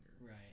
Right